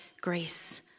grace